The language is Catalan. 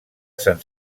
sant